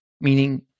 meaning